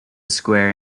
square